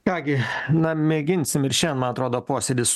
ką gi na mėginsim ir šiandien man atrodo posėdis